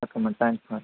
okay madam thanks madam